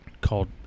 called